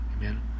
amen